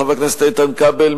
חבר הכנסת איתן כבל,